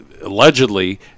allegedly